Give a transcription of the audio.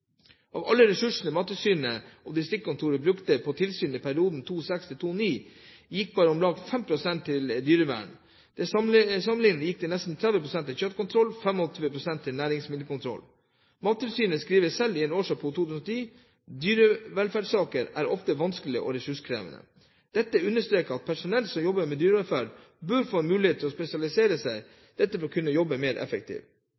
Av alle ressursene Mattilsynets distriktskontorer brukte på tilsyn i perioden 2006–2009, gikk bare om lag 5 pst. til tilsyn med dyrevern. Til sammenligning gikk nesten 30 pst. til kjøttkontroll og 25 pst. til næringsmiddelkontroll. Mattilsynet skriver selv i sin årsrapport for 2010: «Dyrevelferdssaker er ofte vanskelige og ressurskrevende.» Dette understreker at personell som jobber med dyrevelferd, bør få mulighet til å spesialisere